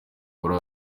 buryo